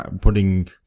putting